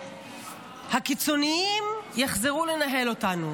שהקיצוניים יחזרו לנהל אותנו.